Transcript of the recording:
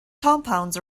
compounds